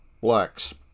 Blacks